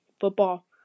football